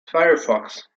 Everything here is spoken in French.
firefox